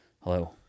Hello